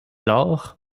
lors